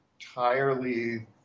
entirely